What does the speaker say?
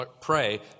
pray